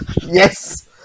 Yes